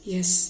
Yes